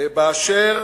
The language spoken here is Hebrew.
באשר